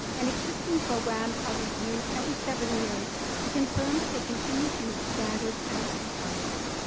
and existing programs are reviewed every seven years to confirm that they continue to meet standards and requirements.